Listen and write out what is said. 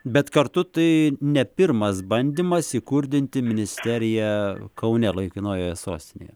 bet kartu tai ne pirmas bandymas įkurdinti ministeriją kaune laikinojoje sostinėje